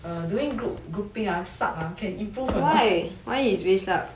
err doing group grouping ah suck ah can improve or not